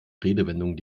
redewendungen